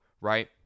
right